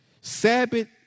Sabbath